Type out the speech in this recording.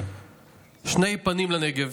שני פנים לנגב.